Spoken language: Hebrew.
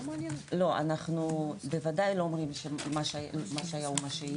לא, אנחנו בוודאי לא אומרים שמה שהיה הוא שיהיה,